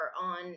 on